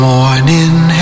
Morning